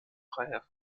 freiherr